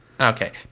Okay